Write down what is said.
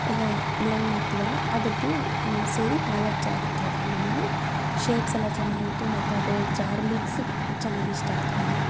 ಎಲ್ಲ ಬ್ಲೆಂಡ್ ಮಾಡ್ತೀವಲ್ಲ ಅದರದು ಸೇರಿ ನಾಲ್ಕು ಜಾರ್ ಇತ್ತು ಅದ್ರಲ್ಲುನು ಶೇಪ್ಸ್ ಎಲ್ಲ ಚೆನ್ನಾಗಿತ್ತು ಮತ್ತು ಅದರ ಜಾರ್ ಲಿಡ್ಸು ಚೆನ್ನಾಗಿ ಇಷ್ಟ ಆಯಿತು ನನಗೆ